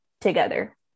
together